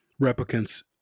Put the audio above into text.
replicants